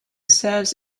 serves